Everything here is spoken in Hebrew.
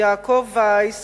יעקב וייס,